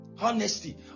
Honesty